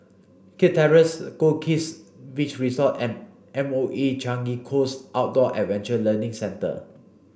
Kirk Terrace Goldkist Beach Resort and M O E Changi Coast Outdoor Adventure Learning Centre